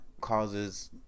causes